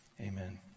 amen